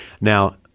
Now